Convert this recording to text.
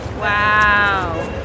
Wow